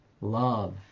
Love